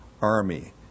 army